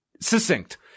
Succinct